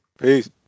Peace